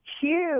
huge